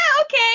okay